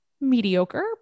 mediocre